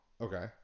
okay